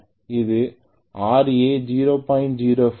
இது Ra 0